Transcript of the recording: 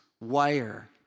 wire